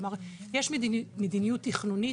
כלומר, יש מדיניות תכנונית.